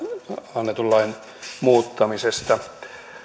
annetun lain muuttamisesta